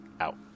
out